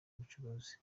ubucuruzi